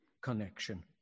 connection